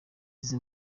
izi